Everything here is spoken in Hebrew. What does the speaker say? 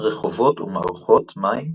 רחובות ומערכות מים,